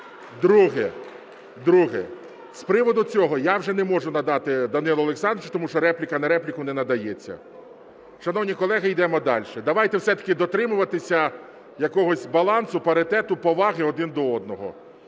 Друге. З приводу цього я вже не можу надати Данилу Олександровичу, тому що репліка на репліку не надається. Шановні колеги, йдемо дальше. Давайте все-таки дотримуватися якогось балансу, паритету, поваги один до одного.